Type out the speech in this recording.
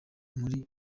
muri